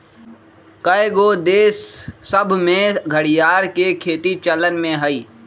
कएगो देश सभ में घरिआर के खेती चलन में हइ